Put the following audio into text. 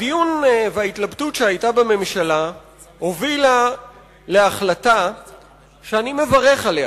הדיון וההתלבטות שהיו בממשלה הובילו להחלטה שאני מברך עליה,